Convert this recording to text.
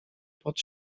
pod